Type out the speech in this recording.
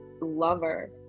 lover